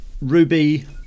Ruby